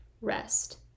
rest